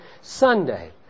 Sunday